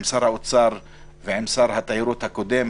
עם שר האוצר ועם שר התיירות הקודם,